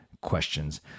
questions